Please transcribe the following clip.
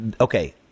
okay